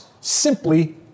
simply